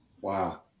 Wow